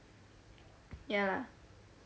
ya lah